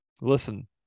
Listen